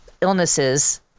illnesses